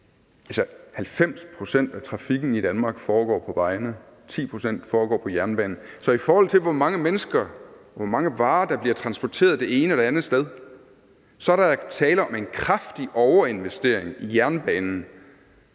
90 pct. af trafikken i Danmark foregår på vejene. 10 pct. foregår på jernbanen. Så i forhold til hvor mange mennesker og hvor mange varer der bliver transporteret det ene og andet sted, er der tale om en kraftig overinvestering i jernbanen,